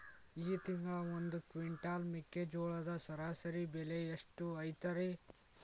ಈ ತಿಂಗಳ ಒಂದು ಕ್ವಿಂಟಾಲ್ ಮೆಕ್ಕೆಜೋಳದ ಸರಾಸರಿ ಬೆಲೆ ಎಷ್ಟು ಐತರೇ?